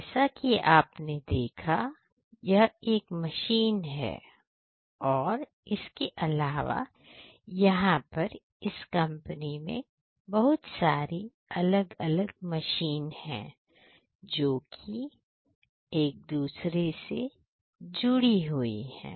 जैसा कि आपने देखा यह एक मशीन है और इसके अलावा यहां पर इस कंपनी में बहुत सारी अलग अलग मशीन है जो कि एक दूसरे से जुड़ी हुई हैं